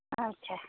اچھا